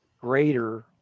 greater